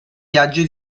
viaggio